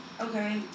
Okay